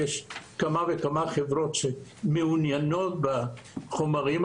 יש כמה וכמה חברות שמעוניינות בחומרים,